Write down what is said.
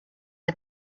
the